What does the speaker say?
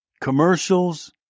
commercials